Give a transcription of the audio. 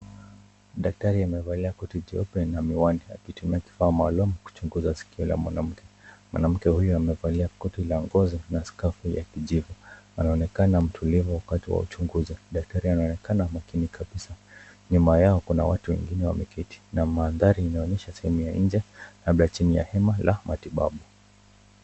Daktari amevalia koti jeupe na miwani akitumia kifaa maalumu kuchunguza sikio la mwanamke. Mwanamke huyo amevalia koti la ngozi na skafu ya kijivu, anaonekana mtulivu wakati wa uchunguzi. Daktari anaonekana makini kabisa. Nyuma yao kuna watu wengine wameketi na mandhari inaonyesha sehemu ya nje, labda chini ya hema la matibabu.